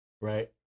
right